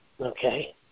okay